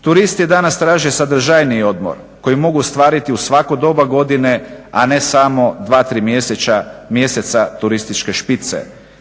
Turisti danas traže sadržajniji odmor koji mogu ostvariti u svako doba godine a ne samo dva, tri mjeseca turističke špice.